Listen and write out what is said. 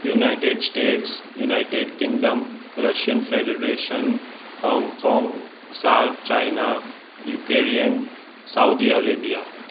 united status United Kingdom Russian federation Hong Kong China Ukraine Saudi Arabia